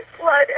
blood